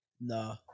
No